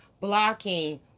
blocking